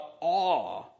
awe